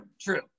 true